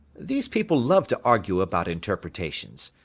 these people love to argue about interpretations.